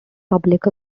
public